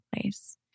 place